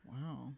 Wow